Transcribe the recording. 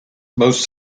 most